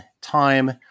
time